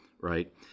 right